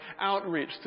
outreach